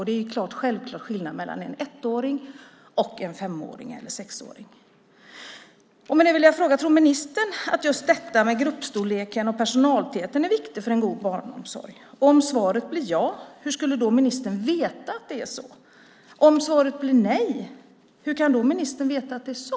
Det är självklart skillnad mellan en ettåring och en fem eller sexåring. Tror ministern att just detta med gruppstorlek och personaltäthet är viktigt för en god barnomsorg? Om svaret blir ja, hur kan ministern veta att det är så? Om svaret blir nej, hur kan ministern veta att det är så?